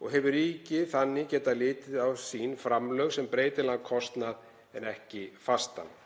og hefur ríkið þannig getað litið á sín framlög sem breytilegan kostnað en ekki fastan.